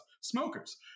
smokers